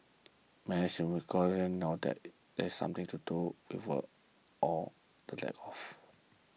many Singaporeans know that it has something to do with work or the lack of